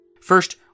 First